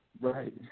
Right